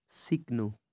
सिक्नु